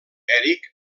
eric